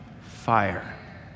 Fire